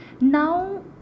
Now